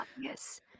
yes